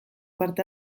parte